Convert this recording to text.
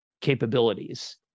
capabilities